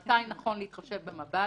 מתי נכון להתחשב במב"דים,